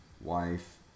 wife